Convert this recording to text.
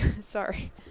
Sorry